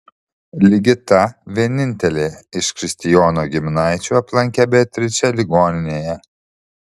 ligita vienintelė iš kristijono giminaičių aplankė beatričę ligoninėje